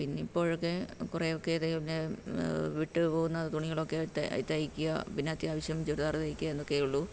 പിന്നിപ്പോൾ ഒക്കെ കുറെ ഒക്കെ തയ്യലീന്ന് വിട്ട് പോകുന്ന തുണികളൊക്കെ തയ്ക്കുക പിന്നെ അത്യാവശ്യം ചുരിദാറ് തയ്ക്കുക ഇതൊക്കെ ഉള്ളു